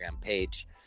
page